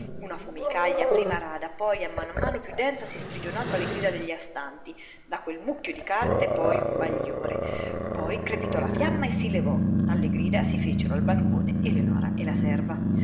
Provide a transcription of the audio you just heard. una fumicaja prima rada poi a mano a mano più densa si sprigionò tra le grida degli astanti da quel mucchio di carte poi un bagliore poi crepitò la fiamma e si levò alle grida si fecero al balcone eleonora e la serva